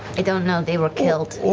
i don't know, they were killed.